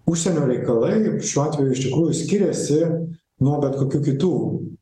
užsienio reikalai šiuo atveju iš tikrųjų skiriasi nuo bet kokių kitų